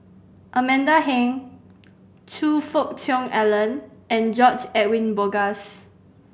Amanda Heng Choe Fook Cheong Alan and George Edwin Bogaars